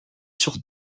sur